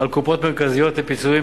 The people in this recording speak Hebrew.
על קופות מרכזיות לפיצויים,